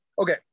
okay